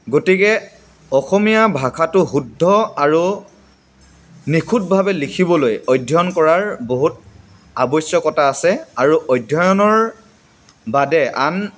গতিকে অসমীয়া ভাষাটো শুদ্ধ আৰু নিখুঁটভাৱে লিখিবলৈ অধ্যয়ন কৰাৰ বহুত আৱশ্যকতা আছে আৰু অধ্যয়নৰ বাদে আন